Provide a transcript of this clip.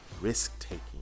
risk-taking